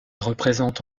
représente